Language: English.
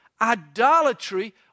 Idolatry